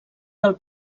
del